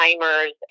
timers